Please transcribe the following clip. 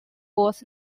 was